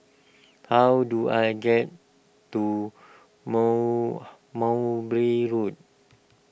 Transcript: how do I get to mow Mowbray Road